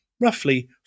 roughly